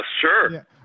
sure